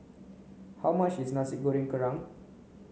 how much is nasi goreng kerang